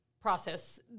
process